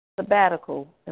Sabbatical